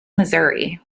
missouri